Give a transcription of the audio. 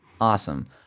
Awesome